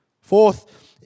Fourth